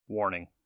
Warning